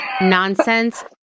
nonsense